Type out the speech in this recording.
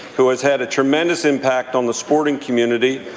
who has had a tremendous impact on the sporting community,